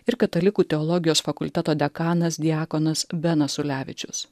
ir katalikų teologijos fakulteto dekanas diakonas benas ulevičius